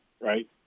right